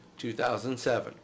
2007